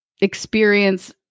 experience